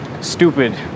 stupid